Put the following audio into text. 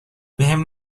بهم